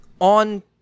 on